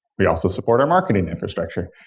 we also support our marketing infrastructure,